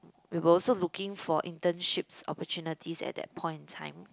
we were also looking for internships opportunities at that point in time